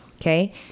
Okay